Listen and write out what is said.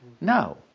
No